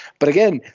but again,